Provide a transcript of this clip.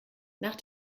nach